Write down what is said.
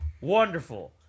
Wonderful